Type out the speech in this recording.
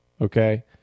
Okay